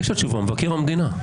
יש לה תשובה, מבקר המדינה.